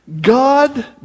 God